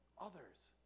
others